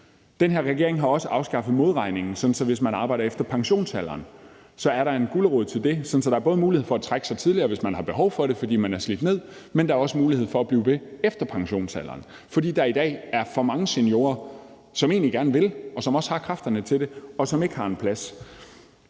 Den her regering har også afskaffet modregningen, sådan at hvis man arbejder efter pensionsalderen, så er der en gulerod til det, sådan at der både er mulighed for at trække sig tidligere, hvis man har behov for det, fordi man er slidt ned, men der er også mulighed for at blive ved efter pensionsalderen, fordi der i dag er for mange seniorer, som egentlig gerne vil, og som også har kræfterne til det, og som ikke har en plads.